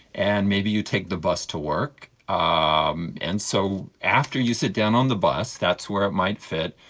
and maybe you take the bus to work, ah um and so after you sit down on the bus, that's where it might fit,